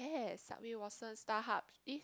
Waston Starhub eh